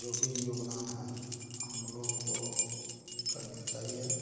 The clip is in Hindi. जो भी योगदान है हम लोगों को करनी चाहिए